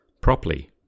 properly